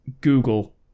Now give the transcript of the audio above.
Google